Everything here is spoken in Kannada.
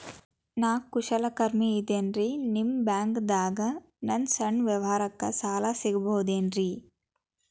ನಾ ಕುಶಲಕರ್ಮಿ ಇದ್ದೇನ್ರಿ ನಿಮ್ಮ ಬ್ಯಾಂಕ್ ದಾಗ ನನ್ನ ಸಣ್ಣ ವ್ಯವಹಾರಕ್ಕ ಸಾಲ ಸಿಗಬಹುದೇನ್ರಿ?